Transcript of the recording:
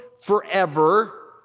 forever